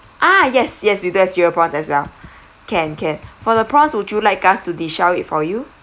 ah yes yes we have cereal prawns as well can can for the prawns would you like us to de-shell it for you